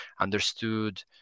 understood